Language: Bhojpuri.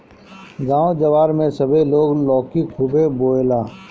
गांव जवार में सभे लोग लौकी खुबे बोएला